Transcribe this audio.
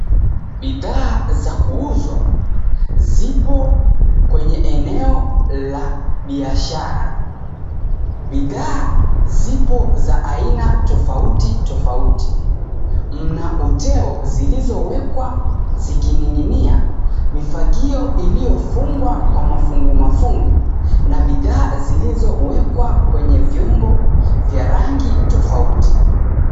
Bidhaa za kuuzwa zipo kwenye eneo la biashara. Bidhaa zipo za aina tofauti tofauti. Mna uteo zilizowekwa zikining'inia, mifagio iliyofungwa kwa mafungu mafungu, na bidhaa zilizowekwa kwenye vyombo vya rangi tofauti.